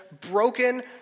broken